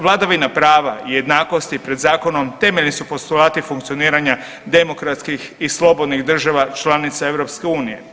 Vladavina prava i jednakosti pred zakonom temeljni su postulati funkcioniranja demokratskih i slobodnih država članica EU.